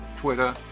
Twitter